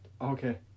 Okay